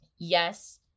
Yes